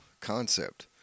concept